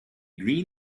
green